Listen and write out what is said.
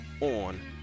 on